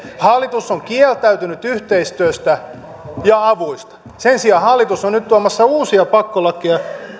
hallitus on kieltäytynyt yhteistyöstä ja avuista sen sijaan hallitus on nyt tuomassa uusia pakkolakeja